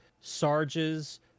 Sarge's